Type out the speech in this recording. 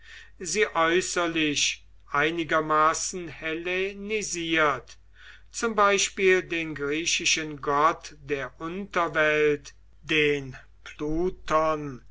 sie äußerlich einigermaßen hellenisiert zum beispiel den griechischen gott der unterwelt den